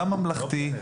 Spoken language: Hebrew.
גם ממלכתי,